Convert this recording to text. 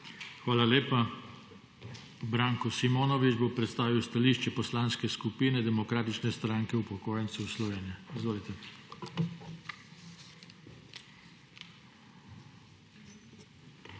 Hvala lepa. Branko Simonovič bo predstavil stališče poslanske skupine Demokratične stranke upokojencev Slovenije. Izvolite.